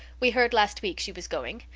we heard last week she was going,